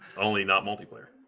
only not multiplayer.